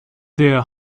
der